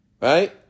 Right